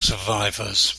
survivors